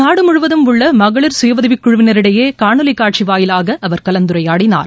நாடு முழுவதும் உள்ள மகளிர் சுயஉதவிக் குழுவினரிடையே காணொலி காட்சி வாயிலாக அவர் கலந்துரையாடினார்